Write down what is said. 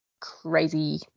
crazy